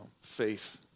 faith